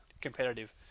competitive